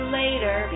later